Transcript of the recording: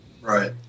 Right